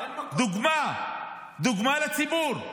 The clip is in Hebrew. דוגמה לציבור.